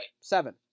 Seven